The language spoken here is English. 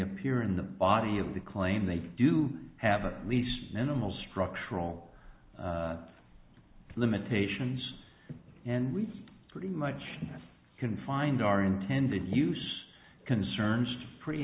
appear in the body of the claim they do have a least minimal structural limitations and we've pretty much confined our intended use concerns